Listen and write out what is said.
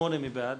23 מי בעד?